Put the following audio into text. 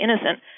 innocent